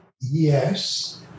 Yes